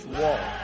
wall